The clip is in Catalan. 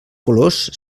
colors